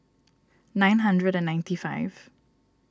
nine hundred and ninety five